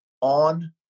on